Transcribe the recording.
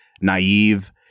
naive